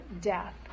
death